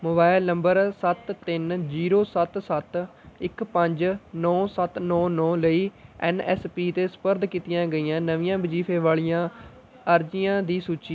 mobile number ਸੱਤ ਤਿੰਨ zero ਸੱਤ ਸੱਤ ਇੱਕ ਪੰਜ ਨੌ ਸੱਤ ਨੌ ਨੌ ਲਈ ਐੱਨ ਐੱਸ ਪੀ 'ਤੇ ਸਪੁਰਦ ਕੀਤੀਆਂ ਗਈਆਂ ਨਵੀਆਂ ਵਜ਼ੀਫੇ ਵਾਲ਼ੀਆਂ ਅਰਜ਼ੀਆਂ ਦੀ ਸੂਚੀ